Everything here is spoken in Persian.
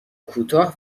کوتاه